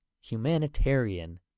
humanitarian